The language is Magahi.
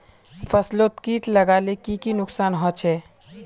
फसलोत किट लगाले की की नुकसान होचए?